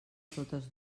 totes